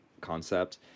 concept